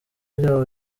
byabo